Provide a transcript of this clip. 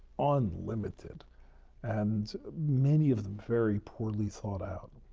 um unlimited, and many of them very poorly thought out.